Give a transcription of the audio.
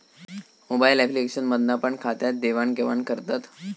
mobile application मधना पण खात्यात देवाण घेवान करतत